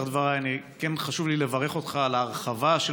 בפתח דבריי כן חשוב לי לברך אותך על ההרחבה של